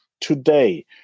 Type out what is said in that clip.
today